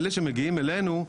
אלה שמגיעים אלינו,